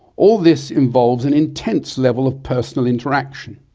all this involves an intense level of personal interaction,